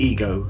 Ego